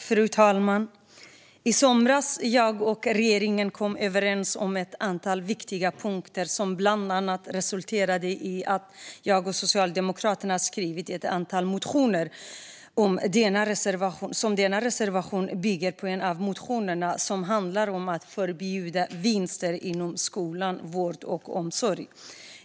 Fru talman! I somras kom jag och regeringen överens om ett antal viktiga punkter som bland annat resulterade i att jag och Socialdemokraterna har skrivit ett antal motioner. Denna reservation bygger på en av motionerna som handlar om att förbjuda vinster inom skola, vård och omsorg.